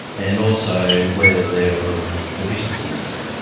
and also whether there were deficiencies.